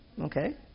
Okay